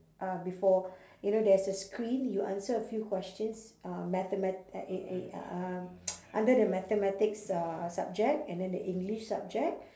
uh before you know there's a screen you answer a few questions uh mathema~ uh e~ e~ e~ uh under the mathematics uh subject and then the english subject